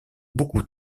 beaucoup